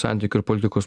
santykių ir politikos